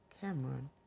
Cameron